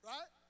Right